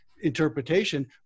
interpretation